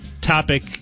topic